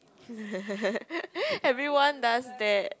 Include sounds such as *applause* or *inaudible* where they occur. *laughs* everyone does that